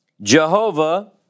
Jehovah